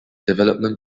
development